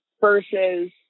versus